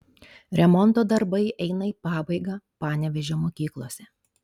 remonto darbai eina į pabaigą panevėžio mokyklose